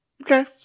okay